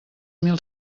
mil